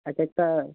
এক একটা